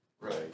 Right